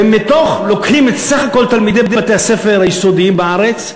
לוקחים את סך הכול תלמידי בתי-הספר היסודיים בארץ,